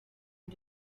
you